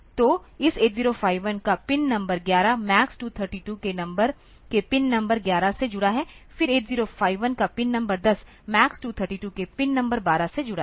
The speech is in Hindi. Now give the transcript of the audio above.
तो इस 8051 का पिन नंबर 11 MAX232 के पिन नंबर 11 से जुड़ा है फिर 8051 का पिन नंबर 10 MAX232 के पिन नंबर 12 से जुड़ा है